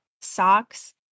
socks